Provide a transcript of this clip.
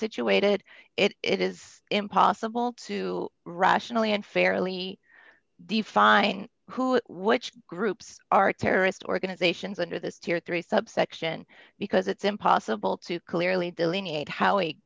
situated it is impossible to rationally and fairly define who which groups are terrorist organizations under this tier three subsection because it's impossible to clearly delineate ho